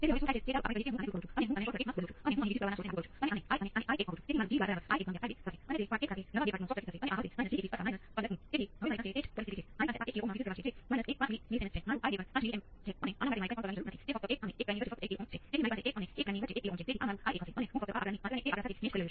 Vc0 ભાંગ્યા Rc ઘાતાંકીય t ભાંગ્યા Rc